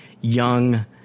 young